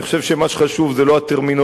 אני חושב שמה שחשוב זה לא הטרמינולוגיות,